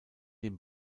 den